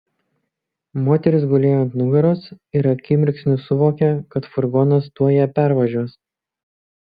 moteris gulėjo ant nugaros ir akimirksniu suvokė kad furgonas tuoj ją pervažiuos